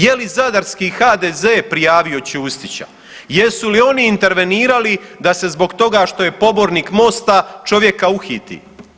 Je li zadarski HDZ prijavio Čustića, jesu li oni intervenirali da se zbog toga što je pobornik MOST-a čovjeka uhiti?